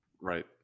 right